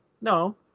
No